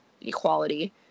equality